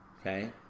okay